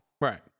Right